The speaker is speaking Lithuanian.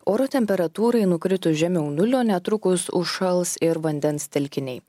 oro temperatūrai nukritus žemiau nulio netrukus užšals ir vandens telkiniai